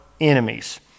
enemies